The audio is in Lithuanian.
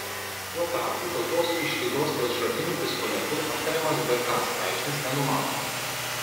tuo tarpu tokios išlygos dėl šratinių pistoletų aptariamas bk straipsnis nenumato